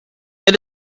and